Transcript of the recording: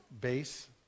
BASE